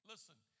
Listen